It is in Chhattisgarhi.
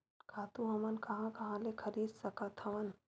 खातु हमन कहां कहा ले खरीद सकत हवन?